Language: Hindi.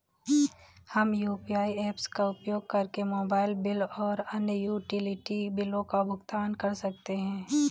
हम यू.पी.आई ऐप्स का उपयोग करके मोबाइल बिल और अन्य यूटिलिटी बिलों का भुगतान कर सकते हैं